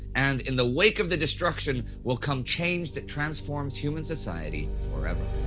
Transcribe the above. and in the wake of the destruction will come change that transforms human society forever.